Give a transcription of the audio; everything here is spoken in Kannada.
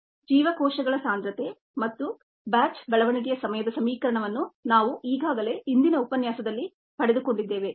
ಜೀವಕೋಶಗಳ ಸಾಂದ್ರತೆ ಮತ್ತು ಬ್ಯಾಚ್ ಬೆಳವಣಿಗೆಯ ಸಮಯದ ಸಮೀಕರಣವನ್ನು ನಾವು ಈಗಾಗಲೇ ಹಿಂದಿನ ಉಪನ್ಯಾಸದಲ್ಲಿ ಪಡೆದುಕೊಂಡಿದ್ದೇವೆ